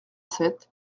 sept